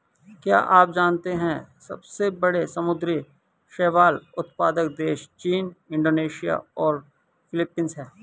क्या आप जानते है सबसे बड़े समुद्री शैवाल उत्पादक देश चीन, इंडोनेशिया और फिलीपींस हैं?